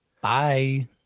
Bye